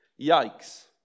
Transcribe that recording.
yikes